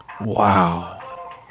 Wow